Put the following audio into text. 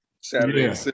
Saturday